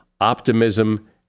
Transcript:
optimism